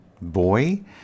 boy